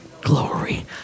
glory